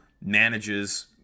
manages